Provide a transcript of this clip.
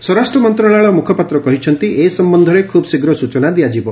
ସ୍ୱରାଷ୍ଟ୍ର ମନ୍ତ୍ରଣାଳୟ ମୁଖପାତ୍ର କହିଛନ୍ତି ଏ ସମ୍ୟନ୍ଧରେ ଖୁବ୍ଶୀଘ୍ର ସୂଚନା ଦିଆଯିବ